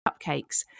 cupcakes